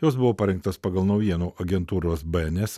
jos buvo parengtos pagal naujienų agentūros bns